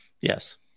yes